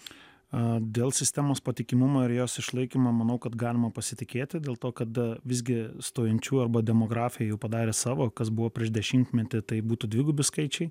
dėl sistemos patikimumo ir jos išlaikymo manau kad galima pasitikėti dėl to kad visgi stojančiųjų arba demografija jau padarė savo kas buvo prieš dešimtmetį tai būtų dvigubi skaičiai